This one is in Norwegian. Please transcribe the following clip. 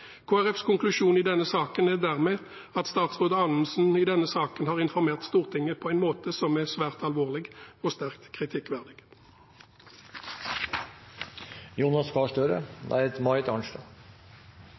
konklusjon i denne saken er dermed at statsråd Anundsen i denne saken har informert Stortinget på en måte som er svært alvorlig og sterkt kritikkverdig.